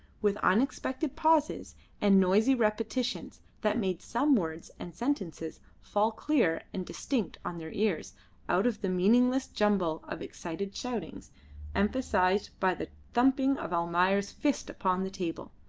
with unexpected pauses and noisy repetitions that made some words and sentences fall clear and distinct on their ears out of the meaningless jumble of excited shoutings emphasised by the thumping of almayer's fist upon the table.